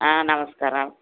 ஆ நமஸ்காரம்